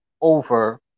over